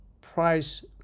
price